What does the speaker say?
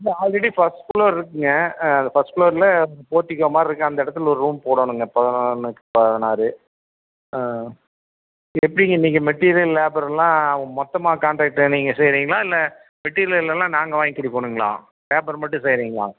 இல்லை already first floor இருக்குங்க அந்த ஃபர்ஸ்ட் ஃப்லோரில் போர்டிக்கோ மாதிரி இருக்கும்ங்க அந்த இடத்துல ஒரு ரூம் போடனுங்க பதினொன்றுக்கு பதினாறு எப்படிங்க நீங்கள் மெட்டீரியல் லேபர்லாம் மொத்தமாக கான்ட்ராக்ட் நீங்கள் செய்யுறீங்களா இல்லை மெட்டீரியல்லாம் நாங்கள் வாங்கி கொடுக்கோனுங்களா பேப்பர் மட்டும் செய்யுறீங்களா